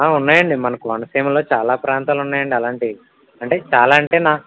ఉన్నాయండి మన కోనసీమలో చాలా ప్రాంతాలు ఉన్నాయి అండి అలాంటివి అంటే చాలా అంటే